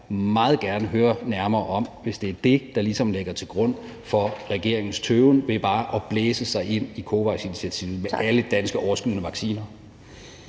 meget gerne vil høre nærmere om, hvis det er det, der ligesom ligger til grund for regeringens tøven med bare at blæse sig ind i COVAX-initiativet med alle danske overskydende vacciner.